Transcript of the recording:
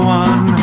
one